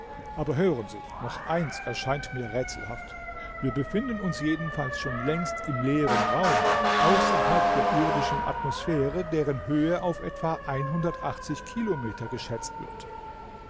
aber hören sie noch eins erscheint mir rätselhaft wir befinden uns jedenfalls schon längst im leeren raum außerhalb der irdischen atmosphäre deren höhe auf etwa kilometer geschätzt wird